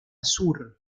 sur